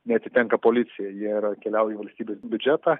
neatitenka policijai jie yra keliauja į valstybės biudžetą